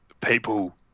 people